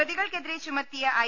പ്രതികൾക്കെതിരെ ചുമത്തിയ ഐ